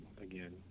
again